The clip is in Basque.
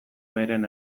beren